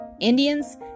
Indians